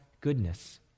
goodness